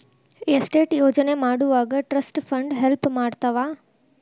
estate ಯೋಜನೆ ಮಾಡೊವಾಗ trust fund help ಮಾಡ್ತವಾ